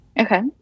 Okay